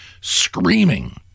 screaming